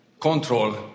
control